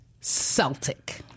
Celtic